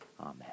Amen